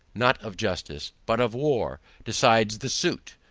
not of justice, but of war, decides the suit.